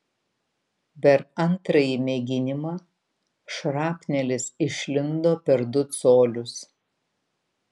per antrąjį mėginimą šrapnelis išlindo per du colius